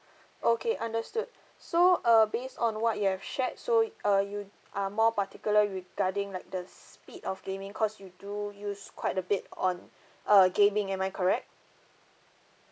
okay understood so uh based on what you have shared so uh you are more particular regarding like the speed of gaming cause you do use quite a bit on uh gaming am I correct